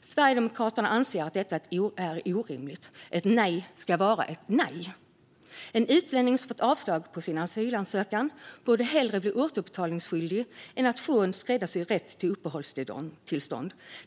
Sverigedemokraterna anser att detta är orimligt. Ett nej ska vara ett nej. En utlänning som fått avslag på sin asylansökan borde hellre bli återbetalningsskyldig än att få en skräddarsydd rätt till uppehållstillstånd.